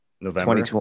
november